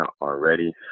already